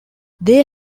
they